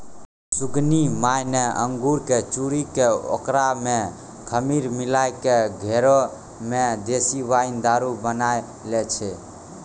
सुगनी माय न अंगूर कॅ चूरी कॅ होकरा मॅ खमीर मिलाय क घरै मॅ देशी वाइन दारू बनाय लै छै